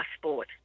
sport